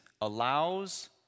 allows